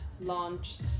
launched